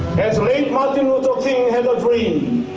as martin luther king had a dream,